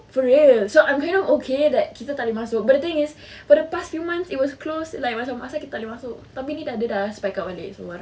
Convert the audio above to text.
for real so I'm kinda okay that kita tak boleh masuk but the thing is for the past few months it was close like macam asal kita tak boleh masuk tapi ni dia dah spike up balik so I don't know